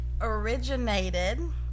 originated